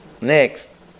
Next